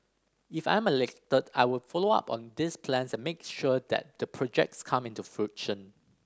if I'm elected I will follow up on these plans and make sure that the projects come into fruition